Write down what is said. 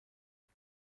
اون